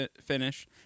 finish